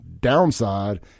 downside